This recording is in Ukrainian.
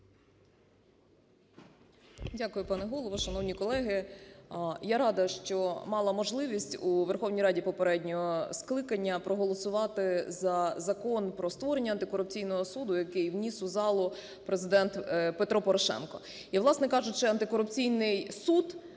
Дякую, пане Голово. Шановні колеги, я рада, що мала можливість у Верховній Раді попереднього скликання проголосувати за Закон про створення Антикорупційного суду, який вніс у залу Президент Петро Порошенко. І власне кажучи, Антикорупційний суд